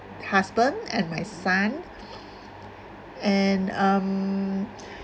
husband and my son and um